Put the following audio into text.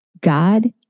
God